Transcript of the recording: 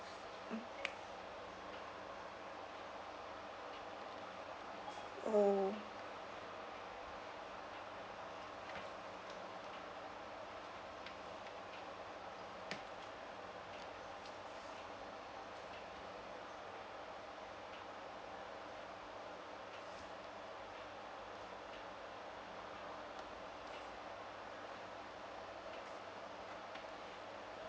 oh